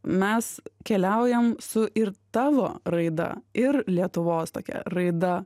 mes keliaujam su ir tavo raida ir lietuvos tokia raida